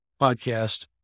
podcast